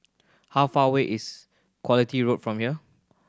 how far away is Quality Road from here